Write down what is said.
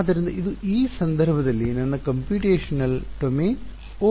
ಆದ್ದರಿಂದ ಇದು ಈ ಸಂದರ್ಭದಲ್ಲಿ ನನ್ನ ಕಂಪ್ಯೂಟೇಶನಲ್ ಡೊಮೇನ್ Ω ಆಗಿದೆ